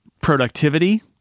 productivity